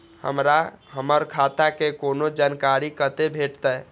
हमरा हमर खाता के कोनो जानकारी कते भेटतै